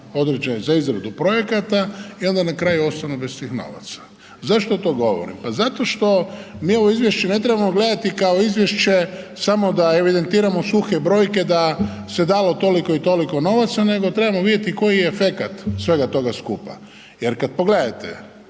novce za izradu projekata i onda na kraju ostanu bez tih novaca. Zašto to govorim? Pa zato što mi ovo izvješće ne trebamo gledati kao izvješće samo da evidentiramo suhe brojke da se dalo toliko i toliko novaca nego trebamo vidjeti koji je efekat svega toga skupa jer kad pogledate